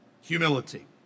humility